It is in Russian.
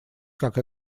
как